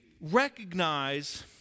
recognize